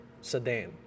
sedan